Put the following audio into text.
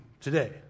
today